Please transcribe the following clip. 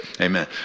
Amen